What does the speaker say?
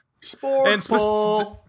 Sports